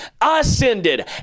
ascended